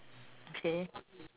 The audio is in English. okay